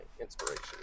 inspiration